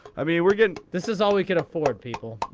i mean, we're getting this is all we could afford, people.